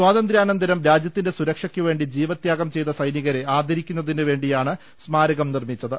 സ്വാതന്ത്ര്യാനന്തരം രാജ്യത്തിന്റെ സുരക്ഷയ്ക്കുവേണ്ടി ജീവത്യാഗം ചെയ്ത സൈനികരെ ആദരിക്കുന്നതിനുവേണ്ടിയാണ് സ്മാരകം നിർമ്മിച്ചത്